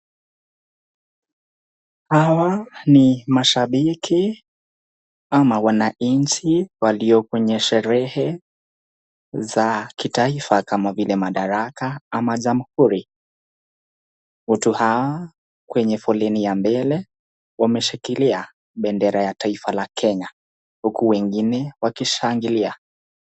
Hawa ni mashabiki ama wananchi walio kwenye sherehe za kitaifa kama vile Madaraka ama Jamhuri. Watu hawa kwenye foleni ya mbele wameshikilia bendera ya taifa la Kenya huku wengine wakishangailia.